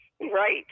Right